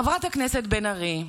חברת הכנסת בן ארי,